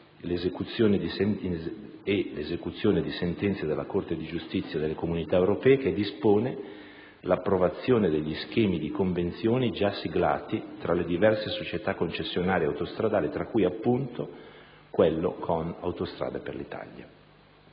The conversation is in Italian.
e l'esecuzione di sentenze della Corte di giustizia delle Comunità europee, che dispone l'approvazione degli schemi di convenzioni già siglati con le diverse società concessionarie autostradali tra cui, appunto, quello con Autostrade per l'Italia.